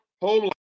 home